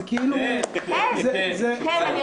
זה כאילו -- כן, כן.